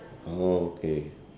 oh okay